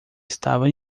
estava